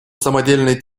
самодельный